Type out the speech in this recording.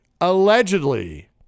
allegedly